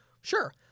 Sure